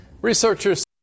Researchers